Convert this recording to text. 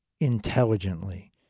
intelligently